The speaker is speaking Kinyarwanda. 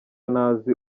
ntazi